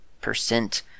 percent